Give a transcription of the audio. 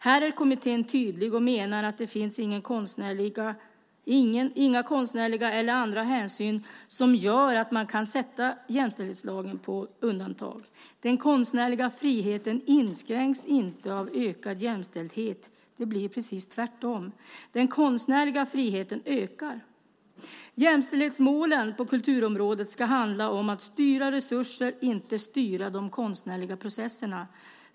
Här är kommittén tydlig och menar att det inte finns några konstnärliga eller andra hänsyn som gör att man kan sätta jämställdhetslagen på undantag. Den konstnärliga friheten inskränks inte av ökad jämställdhet. Det blir precis tvärtom. Den konstnärliga friheten ökar. Jämställdhetsmålen på kulturområdet ska handla om att styra resurser, inte styra de konstnärliga processerna.